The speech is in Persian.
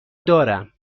دارم